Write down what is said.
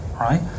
Right